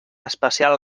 especial